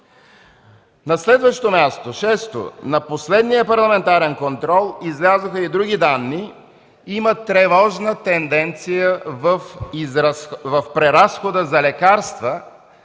осигуряване. Шесто, на последния парламентарен контрол излязоха и други данни – има тревожна тенденция в преразхода за лекарства